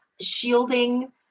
shielding